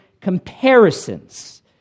comparisons